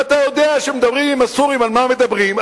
ואתה יודע כשמדברים עם הסורים על מה מדברים,